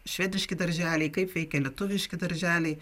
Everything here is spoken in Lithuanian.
švediški darželiai kaip veikia lietuviški darželiai